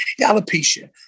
alopecia